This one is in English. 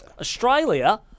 Australia